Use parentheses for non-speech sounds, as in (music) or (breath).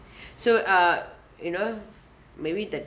(breath) so uh you know maybe that